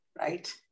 Right